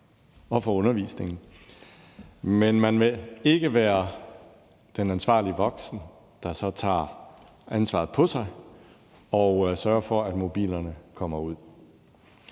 og for undervisningen, men man vil ikke være den ansvarlige voksne, der så tager ansvaret på sig og sørger for, at mobilerne kommer ud.